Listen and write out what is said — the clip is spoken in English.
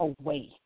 away